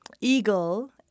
eagle